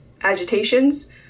agitations